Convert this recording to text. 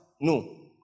No